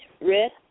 Red